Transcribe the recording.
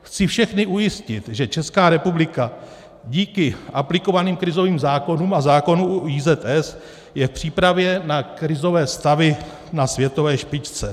Chci všechny ujistit, že Česká republika díky aplikovaným krizovým zákonům a zákonu o IZS je v přípravě na krizové stavy na světové špičce.